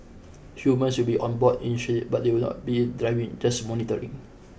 humans will be on board initially but they will not be driving just monitoring